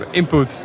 input